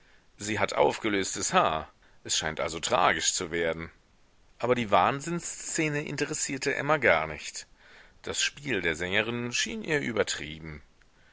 sie hat aufgelöstes haar es scheint also tragisch zu werden aber die wahnsinnsszene interessierte emma gar nicht das spiel der sängerin schien ihr übertrieben